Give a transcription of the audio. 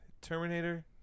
Terminator